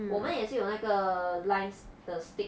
我们也是有那个 blinds 的 stick